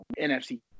NFC